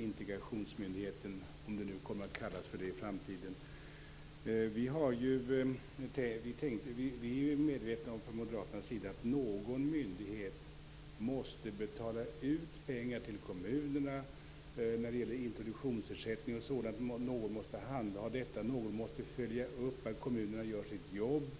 integrationsmyndigheten, om den kommer att kallas för det i framtiden. Vi är från moderaternas sida medvetna om att någon myndighet måste betala ut pengar till kommunerna när det gäller introduktionsersättning och sådant. Någon måste handha detta. Någon måste följa upp att kommunerna gör sitt jobb.